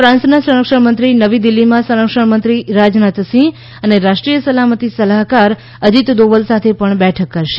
ફાંસના સંરક્ષણ મંત્રી નવી દિલ્હીમાં સંરક્ષણ મંત્રી રાજનાથ સિંહ અને રાષ્ટ્રીય સલામતી સલાહકાર અજીત દોવલ સાથે પણ બેઠક કરશે